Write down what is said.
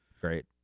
Great